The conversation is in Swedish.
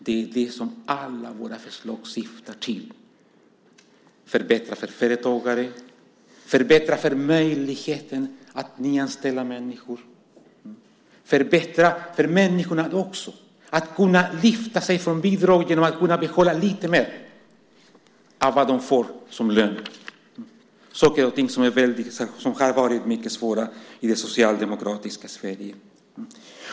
Det är det som alla våra förslag syftar till: att förbättra för företagare, att förbättra möjligheten att nyanställa, att också förbättra för människorna, att göra att de kan lyfta sig från bidrag genom att de kan behålla lite mer av vad de får i lön - saker och ting som har varit mycket svåra i det socialdemokratiska Sverige.